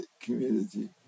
community